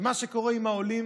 ומה שקורה עם העולים